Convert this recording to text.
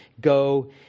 go